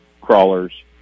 crawlers